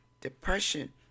depression